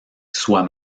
soit